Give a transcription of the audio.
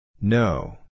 No